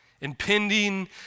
Impending